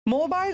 Mobile